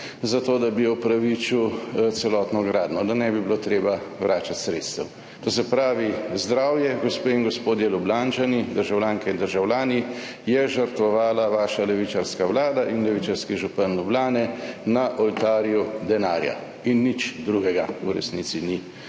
za to, da bi opravičil celotno gradnjo, da ne bi bilo treba vračati sredstev. To se pravi, zdravje, gospe in gospodje Ljubljančani, državljanke in državljani, je žrtvovala vaša levičarska Vlada in levičarski župan Ljubljane na oltarju denarja in nič drugega v resnici ni